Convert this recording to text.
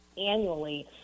annually